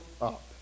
up